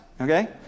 okay